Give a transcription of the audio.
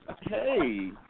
Hey